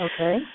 Okay